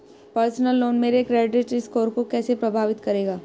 Personal loan मेरे credit score को कैसे प्रभावित करेगा?